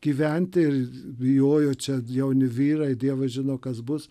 gyventi ir bijojo čia jauni vyrai dievas žino kas bus